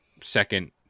second